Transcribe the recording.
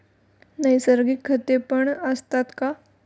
नैसर्गिक खतेपण असतात का?